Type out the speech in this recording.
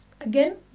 Again